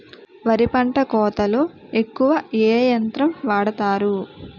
వరి పంట కోతలొ ఎక్కువ ఏ యంత్రం వాడతారు?